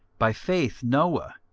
by faith noah,